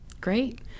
Great